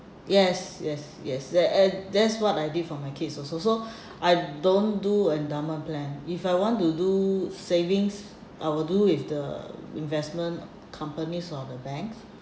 yes yes yes there a~ that's what I did for my kids also so I don't do endowment plan if I want to do savings I will do with the investment companies or the banks